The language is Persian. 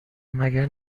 مگه